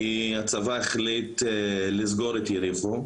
כי הצבא החליט לסגור את יריחו,